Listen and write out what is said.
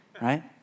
right